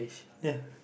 ya